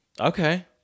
Okay